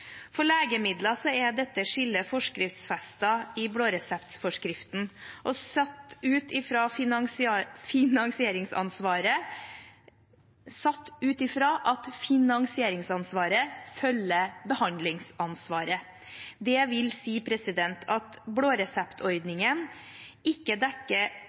For legemidler er dette skillet forskriftsfestet i blåreseptforskriften, og satt ut fra at finansieringsansvaret følger behandlingsansvaret. Det vil si at blåreseptordningen ikke dekker